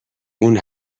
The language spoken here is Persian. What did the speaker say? اون